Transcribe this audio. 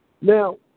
Now